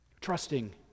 trusting